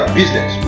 business